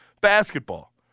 basketball